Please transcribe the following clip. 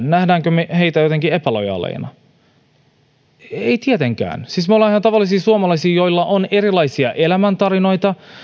näemmekö me heidät jotenkin epälojaaleina emme tietenkään me olemme ihan tavallisia suomalaisia joilla on erilaisia elämäntarinoita